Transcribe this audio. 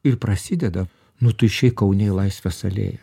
ir prasideda nu tu išeik kauneį laisvės alėją